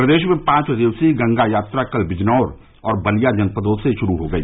प्रदेश में पांच दिवसीय गंगा यात्रा कल बिजनौर और बलिया जनपदों से श्रू हो गई